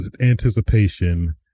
anticipation